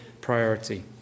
priority